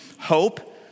hope